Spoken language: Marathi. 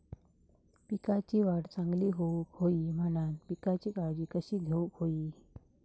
पिकाची वाढ चांगली होऊक होई म्हणान पिकाची काळजी कशी घेऊक होई?